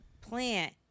plant